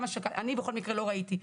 אני, בכל מקרה, לא ראיתי.